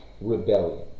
rebellion